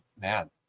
man